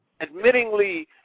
admittingly